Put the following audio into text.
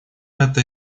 это